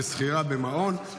כשכירה במעון,